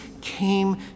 came